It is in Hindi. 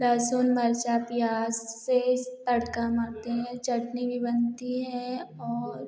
लहसुन मिर्चा प्याज़ से तड़का मारते हैं चटनी भी बनती है और